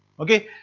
ok?